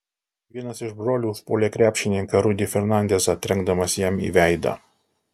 vienas iš brolių užpuolė krepšininką rudy fernandezą trenkdamas jam į veidą